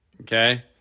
Okay